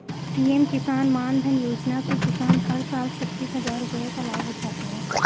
PM Kisan Maandhan Yojana से किसान हर साल छतीस हजार रुपये का लाभ उठाते है